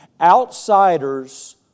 Outsiders